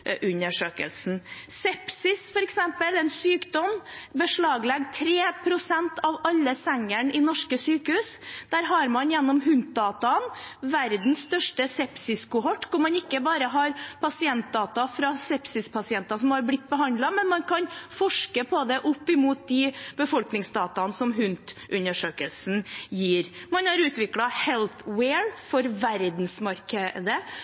Sepsis f.eks. er en sykdom som beslaglegger 3 pst. av alle sengene i norske sykehus. Der har man gjennom HUNT-data verdens største sepsis kohort hvor man ikke bare har pasientdata fra sepsispasienter som har blitt behandlet, men man kan forske på det opp mot de befolkningsdata som HUNT-undersøkelsen gir. Man har